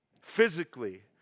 Physically